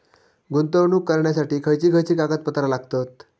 गुंतवणूक करण्यासाठी खयची खयची कागदपत्रा लागतात?